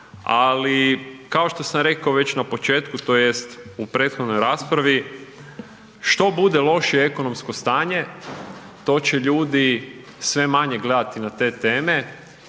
ali kao što sam rekao već na početku tj. u prethodnoj raspravi, što bude lošije ekonomsko stanje to će ljudi sve manje gledati na te teme